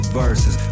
verses